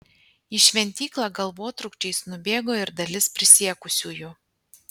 į šventyklą galvotrūkčiais nubėgo ir dalis prisiekusiųjų